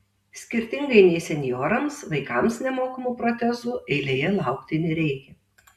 skirtingai nei senjorams vaikams nemokamų protezų eilėje laukti nereikia